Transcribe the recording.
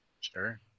Sure